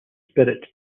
spirit